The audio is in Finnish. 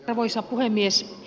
arvoisa puhemies